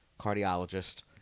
cardiologist